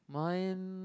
mine